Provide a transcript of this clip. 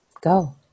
Go